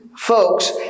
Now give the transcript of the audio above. Folks